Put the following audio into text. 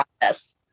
process